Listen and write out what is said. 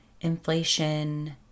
inflation